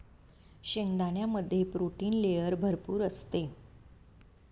शेंगदाण्यामध्ये protein layer भरपूर असते